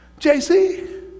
JC